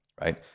right